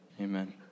Amen